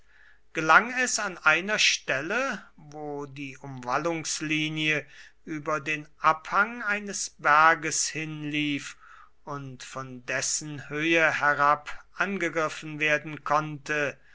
gelang es an einer stelle wo die umwallungslinie über den abhang eines berges hinlief und von dessen höhe herab angegriffen werden konnte